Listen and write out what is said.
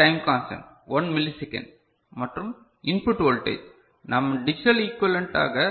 C time constant 1 millisecond மற்றும் input voltage நாம் digital ஈகுவலேன்ட்டாக